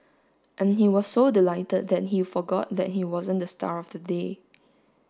and he was so delighted that he forgot that he wasn't the star of the day